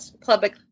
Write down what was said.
public